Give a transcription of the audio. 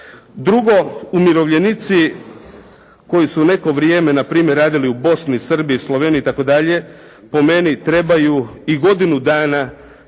Drugo, umirovljenici koji su neko vrijeme npr. radili u Bosni, Srbiji, Sloveniji itd. po meni trebaju i godinu dana